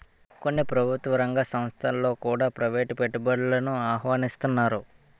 కొన్ని ప్రభుత్వ రంగ సంస్థలలో కూడా ప్రైవేటు పెట్టుబడులను ఆహ్వానిస్తన్నారు